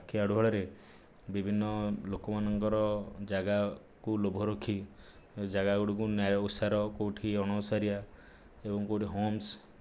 ଆଖି ଆଢ଼ୁଆଳରେ ବିଭିନ୍ନ ଲୋକ ମାନଙ୍କର ଜାଗାକୁ ଲୋଭ ରଖି ଜାଗା ଗୁଡ଼ିକୁ ନ୍ୟାୟ ଓସାର କୋଉଠି ଅଣଓସାରିଆ ଏବଂ କୋଉଠି ହମ୍ପସ୍